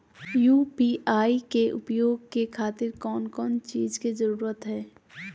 UPI के उपयोग के खातिर कौन कौन चीज के जरूरत है?